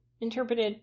interpreted